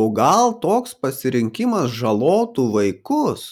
o gal toks pasirinkimas žalotų vaikus